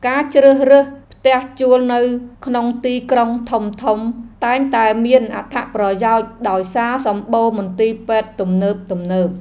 ការជ្រើសរើសផ្ទះជួលនៅក្នុងទីក្រុងធំៗតែងតែមានអត្ថប្រយោជន៍ដោយសារសម្បូរមន្ទីរពេទ្យទំនើបៗ។